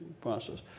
process